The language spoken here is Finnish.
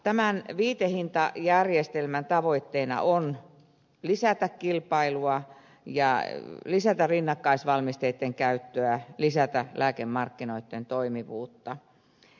tämän viitehintajärjestelmän tavoitteena on lisätä kilpailua ja lisätä rinnakkaisvalmisteitten käyttöä lisätä lääkemarkkinoitten toimivuutta